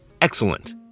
Excellent